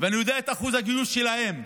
ואני יודע את אחוז הגיוס שלהם,